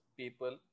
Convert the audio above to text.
people